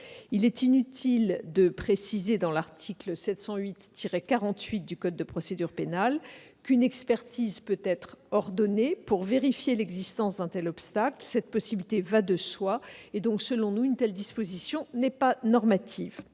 Il est inutile de préciser dans l'article 708-48 du code de procédure pénale qu'une expertise peut être ordonnée pour vérifier l'existence d'un tel obstacle ; cette possibilité va de soi. Une telle disposition n'est pas normative.